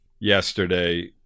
yesterday